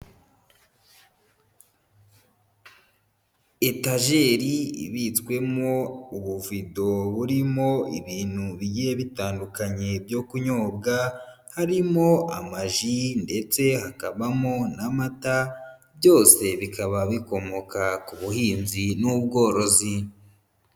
Etajeri ibitswemwo ubuvido burimo ibintu bigiye bitandukanye byo kunyobwa, harimo amaji ndetse hakabamo n'amata, byose bikaba bikomoka ku buhinzi n'ubworozi.